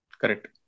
Correct